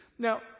Now